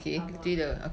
karma